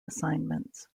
assignments